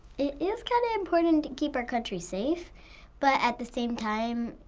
it is kind of important to keep our country safe but at the same time,